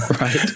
right